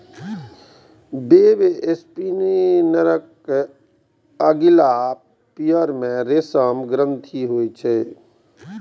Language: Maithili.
वेबस्पिनरक अगिला पयर मे रेशम ग्रंथि होइ छै